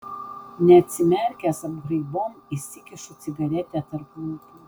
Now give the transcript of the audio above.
neatsimerkęs apgraibom įsikišu cigaretę tarp lūpų